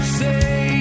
say